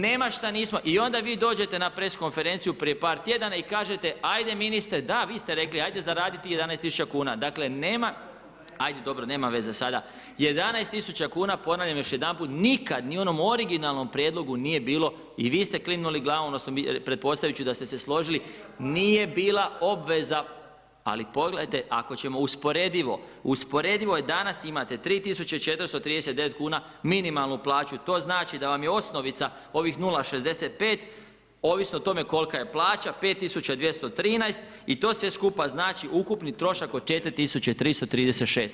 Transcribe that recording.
Nema šta nismo i onda vi dođete na press konferenciju, prije par tjedana i kažete, ajde ministre, da vi ste rekli, ajde zaradi 11000 kn, dakle, nema ajde dobro nema veze sada, 11000 kn, ponavljam još jedanput, nikada ni u onom originalnom prijedlogu nije bilo i vi ste klimnuli glavom, odnosno, pretpostavljam da ste se složili, nije bila obveza, ali pogledajte ako ćemo usporedivo, usporedivo, danas imate 3439 kn, minimalnu plaću, to znači da vam je osnovica ovih 0,65 ovisno o tome kolika je plaća, 5213 i to sve skupa znači ukupni trošak od 4336.